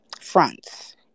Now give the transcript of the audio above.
fronts